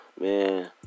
man